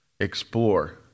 explore